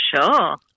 Sure